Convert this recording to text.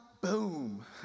boom